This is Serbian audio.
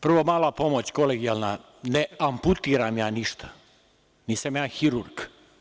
Prvo mala pomoć, kolegijalna, ne amputiram ja ništa, nisam ja hirurg.